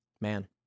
man